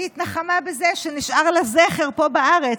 היא התנחמה בזה שנשאר לה זכר פה בארץ,